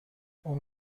اون